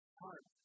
heart